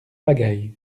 pagaille